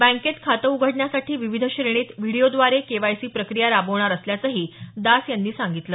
बँकेत खाते उघडण्यासाठी विविध श्रेणीत व्हीडिओद्वारे केवायसी प्रक्रिया राबवणार असल्याचंही दास यांनी सांगितलं